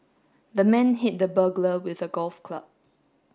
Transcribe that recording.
the man hit the burglar with a golf club